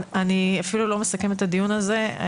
אני אפילו לא מסכמת את הדיון הזה.